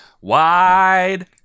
wide-